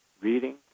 reading